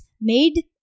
made